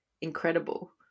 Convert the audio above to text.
incredible